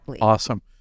Awesome